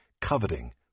coveting